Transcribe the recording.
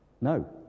No